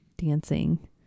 dancing